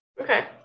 Okay